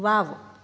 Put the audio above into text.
wow